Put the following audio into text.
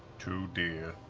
two deer.